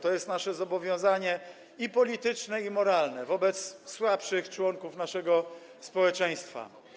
To jest nasze zobowiązanie i polityczne, i moralne wobec słabszych członków naszego społeczeństwa.